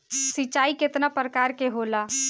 सिंचाई केतना प्रकार के होला?